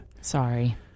Sorry